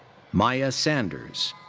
maya sanders.